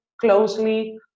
closely